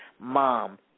Mom